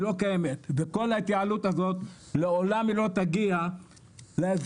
היא לא קיימת וכל ההתייעלות הזאת לעולם היא לא תגיע לאזרח.